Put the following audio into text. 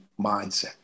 mindset